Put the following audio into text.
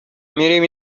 میریم